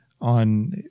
on